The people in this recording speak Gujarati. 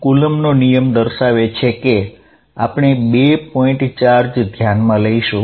કુલંબનો નિયમ દર્શાવે છે કે આપણે અહીં બે પોઇંટ ચાર્જ ધ્યાનમાં લઇશું